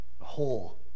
whole